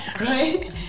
right